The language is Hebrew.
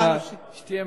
אני מציע לך שתהיה מחובר,